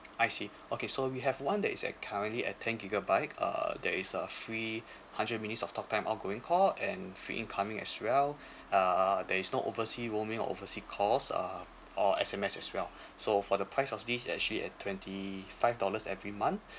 I see okay so we have one that is at currently at ten gigabyte uh there is a free hundred minutes of talk time ongoing call and free incoming as well uh there is no oversea roaming or oversea calls uh or S_M_S as well so for the price of this is actually at twenty five dollars every month